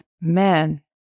man